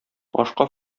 ашка